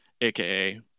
aka